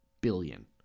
billion